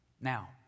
Now